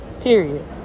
period